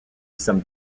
some